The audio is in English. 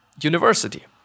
university